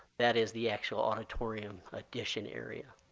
that is the actual auditorium addition area.